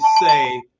say